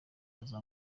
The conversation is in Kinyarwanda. aza